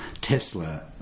tesla